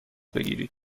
بگیرید